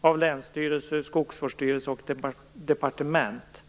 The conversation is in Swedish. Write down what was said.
av länsstyrelse, skogsvårdsstyrelse och departement.